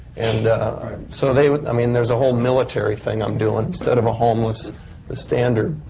and so they would. i mean, there's a whole military thing i'm doing, instead of a homeless standard.